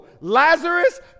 Lazarus